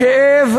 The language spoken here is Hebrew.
הכאב,